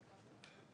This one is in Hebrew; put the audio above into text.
6 נמנעים,